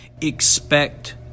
expect